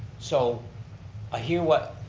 so i hear what,